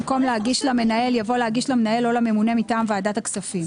במקום "להגיש למנהל" יבוא "להגיש למנהל או לממונה מטעם ועדת הכספים".